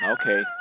okay